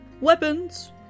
Weapons